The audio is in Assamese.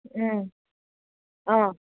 অঁ